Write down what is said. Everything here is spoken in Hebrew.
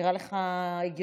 נראה לך הגיוני?